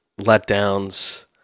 letdowns